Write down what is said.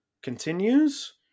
continues